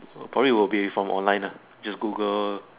probably will be from online lah just Google